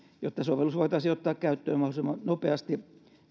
jotta sovellus voitaisiin ottaa käyttöön mahdollisimman nopeasti